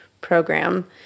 program